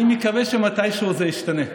אני מקווה שמתישהו זה ישתנה.